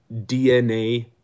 DNA